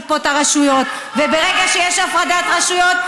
וברגע שיש הפרדת רשויות,